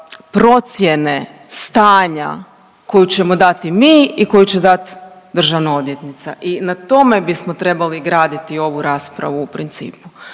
procjene stanja koju ćemo dati mi i koju će dati državna odvjetnica i na tome bismo trebali graditi ovu raspravu u principu